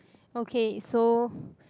okay so